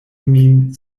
min